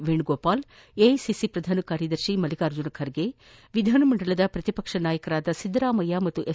Venugopal AICC ಪ್ರಧಾನ ಕಾರ್ಯದರ್ಶಿ ಮಲ್ಲಿಕಾರ್ಜುನ ಖರ್ಗೆ ವಿಧಾನಮಂಡಲದ ಪ್ರತಿಪಕ್ಷ ನಾಯಕರಾದ ಸಿದ್ದರಾಮಯ್ಯ ಮತ್ತು ಎಸ್